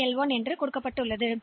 எனவே சி 4 க்கு துவக்கப்படுகிறது